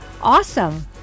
awesome